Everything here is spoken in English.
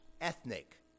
ethnic